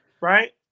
right